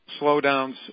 slowdowns